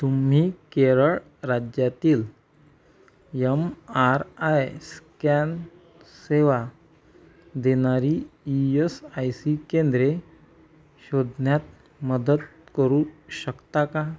तुम्ही केरळ राज्यातील M R I scan सेवा देणारी ई यस आय सी केंद्रे शोधण्यात मदत करू शकता का